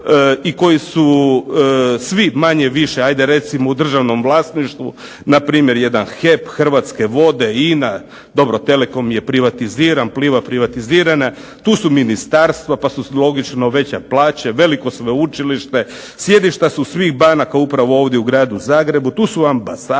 i koji su svi manje-više recimo u državnom vlasništvu, npr. jedan HEP, Hrvatske vode, INA, dobro Telekom je privatiziran, Pliva privatizirana. Tu su ministarstva, pa su logično veće plaće, veliko sveučilište, sjedišta su svih banaka upravo ovdje u Gradu Zagrebu, tu su ambasade,